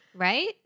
right